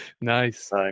Nice